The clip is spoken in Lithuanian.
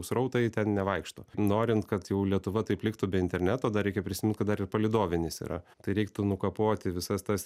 srautai ten nevaikšto norint kad jau lietuva taip liktų be interneto dar reikia prisimint kad dar ir palydovinis yra tai reiktų nukapoti visas tas